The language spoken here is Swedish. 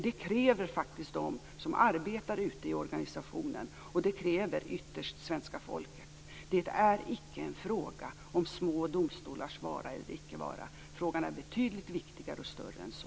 Det kräver faktiskt de som arbetar ute i organisationen, och det kräver ytterst svenska folket. Det är icke en fråga om små domstolars vara eller icke vara. Frågan är betydligt viktigare och större än så.